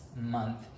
month